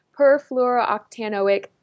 perfluorooctanoic